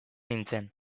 nintzen